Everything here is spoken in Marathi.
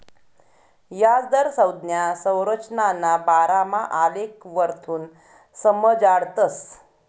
याजदर संज्ञा संरचनाना बारामा आलेखवरथून समजाडतस